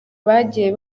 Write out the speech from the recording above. bagiye